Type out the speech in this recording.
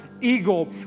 eagle